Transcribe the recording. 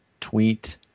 tweet